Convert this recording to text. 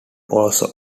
also